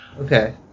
Okay